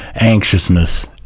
anxiousness